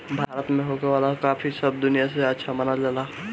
भारत में होखे वाला काफी सब दनिया से अच्छा मानल जाला